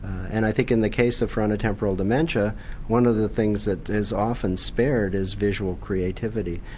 and i think in the case of frontotemporal dementia one of the things that is often spared is visual creativity.